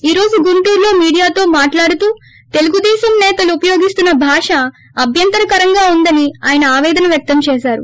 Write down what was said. ఈ రోజు గుంటూరులో మీడియా తో మాట్లాడుతూ తెలుగుదేశం నేతలు ఉపయోగిస్తున్న భాష అభ్యంతరకరం గా వుందని ఆయన ఆపేదన వ్యక్తం చేసారు